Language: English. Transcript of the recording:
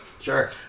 Sure